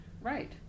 right